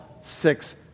six